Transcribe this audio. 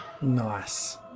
Nice